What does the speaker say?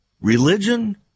Religion